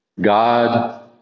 God